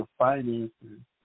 finances